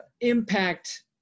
impact